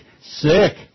Sick